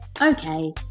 okay